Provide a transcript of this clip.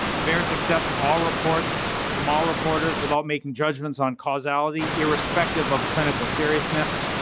vaers accepts all reports from all reporters without making judgements on causality, irrespective of clinical seriousness.